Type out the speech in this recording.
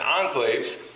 enclaves